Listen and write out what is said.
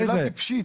שאלה טיפשית.